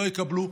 לא יקבלו.